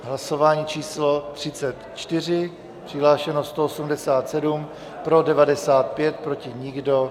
Hlasování číslo 34, přihlášeno 187, pro 95, proti nikdo.